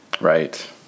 Right